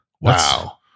Wow